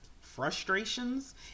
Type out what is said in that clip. frustrations